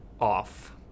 off